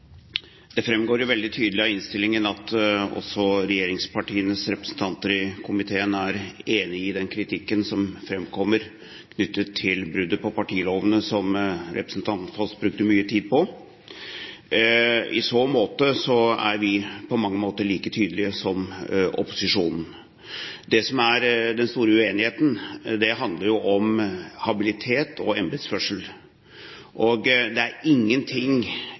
Det framgår jo veldig tydelig av innstillingen at også regjeringspartienes representanter i komiteen er enig i den kritikken som framkommer, knyttet til bruddet på partiloven, som representanten Foss brukte mye tid på. I så måte er vi like tydelige som opposisjonen. Det som er den store uenigheten, handler jo om habilitet og embetsførsel. Det er